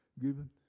given